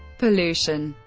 pollution